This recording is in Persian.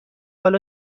حالا